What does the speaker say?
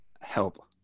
help